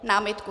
Námitku.